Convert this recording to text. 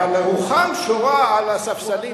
אבל רוחם שורה על הספסלים.